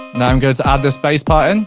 now i'm going to add this bass part and